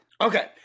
okay